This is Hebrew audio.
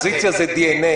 אופוזיציה זה דא"נ,